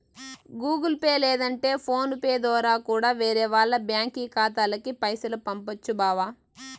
Google Pay లేదంటే PhonePe దోరా కూడా వేరే వాల్ల బ్యాంకి ఖాతాలకి పైసలు పంపొచ్చు బావా